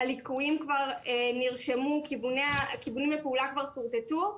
הליקויים כבר נרשמו, כיוונים לפעולה כבר שורטטו,